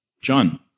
John